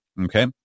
Okay